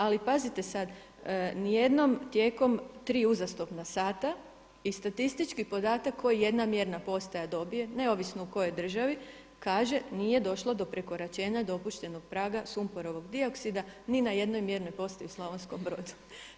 Ali pazite sad, ni jednom tijekom tri uzastopna sata i statistički podatak koji jedna mjerna postaja dobije neovisno u kojoj državi kaže nije došlo do prekoračenja dopuštenog praga sumporovog dioksida ni na jednoj mjernoj postaji u Slavonskom Brodu.